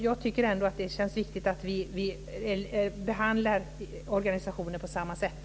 Jag tycker att det känns viktigt att vi behandlar organisationer på samma sätt.